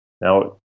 Now